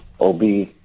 Ob